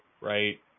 right